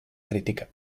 critica